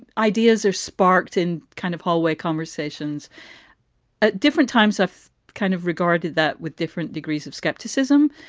ideas are sparked in kind of hallway conversations at different times. i've kind of regarded that with different degrees of skepticism.